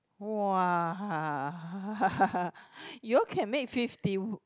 !wah! you all can made fifty